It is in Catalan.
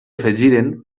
afegiren